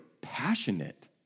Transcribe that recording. passionate